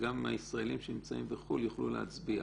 שגם הישראלים שנמצאים בחו"ל יוכלו להצביע,